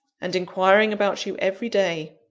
and inquiring about you every day.